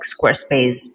Squarespace